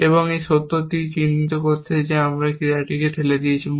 এই সত্যটি চিত্রিত করতে যে আমরা একটি ক্রিয়াকে ঠেলে দিয়েছি মূলত